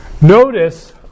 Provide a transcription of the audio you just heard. Notice